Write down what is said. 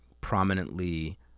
prominently